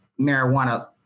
marijuana